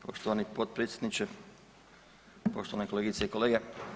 Poštovani potpredsjedniče, poštovane kolegice i kolege.